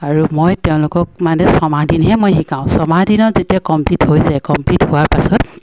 আৰু মই তেওঁলোকক মানে ছমাহদিনহে মই শিকাওঁ ছমাহদিনত যেতিয়া কমপ্লিট হৈ যায় কমপ্লিট হোৱাৰ পাছত